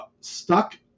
stuck